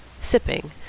sipping